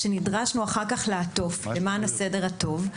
שנדרשנו אחר כך לעטוף למען הסדר הטוב.